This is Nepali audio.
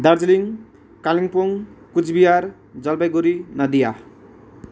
दार्जिलिङ कालिम्पोङ कुचबिहार जलपाइगढी नदिया